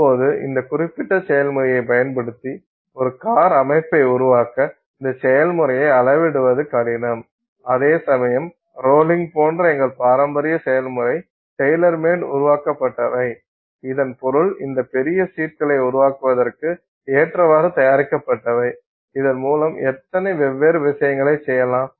இப்போது இந்த குறிப்பிட்ட செயல்முறையை பயன்படுத்தி ஒரு கார் அமைப்பை உருவாக்க இந்த செயல்முறையை அளவிடுவது கடினம் அதேசமயம் ரோலிங் போன்ற எங்கள் பாரம்பரிய செயல்முறை டெய்லர் மேட் உருவாக்கப்பட்டவை இதன் பொருள் இந்த பெரிய சீட்களை உருவாக்குவதற்கு ஏற்றவாறு தயாரிக்கப்பட்டவை இதன் மூலம் எத்தனை வெவ்வேறு விஷயங்களைச் செய்யலாம்